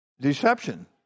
deception